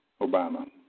Obama